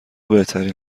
بهترین